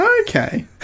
okay